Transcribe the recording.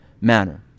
manner